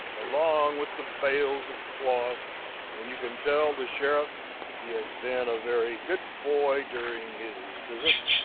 along with the bales of cloth and you can tell the sheriff he has been a very good boy during his visit'